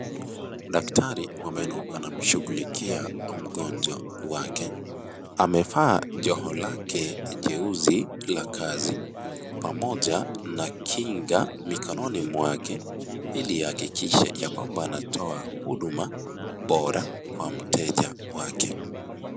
Daktari wa meno anamshughulikia mgonjwa wake. Amevaa joho lake jeusi la kazi, pamoja na kinga mikononi mwake, ili ahakikishe kwamba anatoa huduma bora kwa mteja wake.